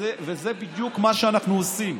וזה בדיוק מה שאנחנו עושים.